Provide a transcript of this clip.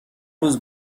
روز